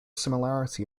similarity